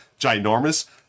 ginormous